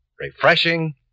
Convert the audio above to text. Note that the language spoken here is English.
refreshing